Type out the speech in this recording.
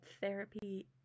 therapy